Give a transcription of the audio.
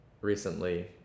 recently